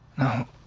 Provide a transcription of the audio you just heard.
No